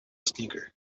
stinker